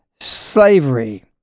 slavery